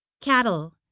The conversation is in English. cattle